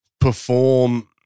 perform